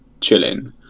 chilling